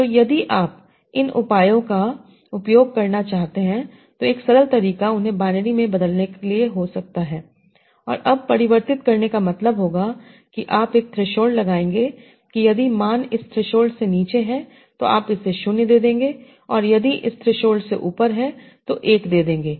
तो यदि आप इन उपायों का उपयोग करना चाहते हैं तो 1 सरल तरीका उन्हें बाइनरी में बदलने के लिए हो सकता है और अब परिवर्तित करने का मतलब होगा कि आप एक थ्रेसोल्ड लगाएंगे कि यदि मान इस थ्रेसोल्ड से नीचे है तो आप इसे 0 दे देंगे और यदि इस थ्रेसोल्ड से ऊपर है तो 1 दे देंगे